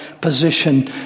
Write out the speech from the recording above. position